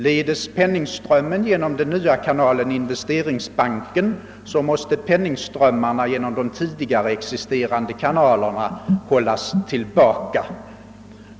Ledes penningströmmen genom den nya kanalen investeringsbanken, måste den hållas tillbaka i de tidigare existerande kanalerna».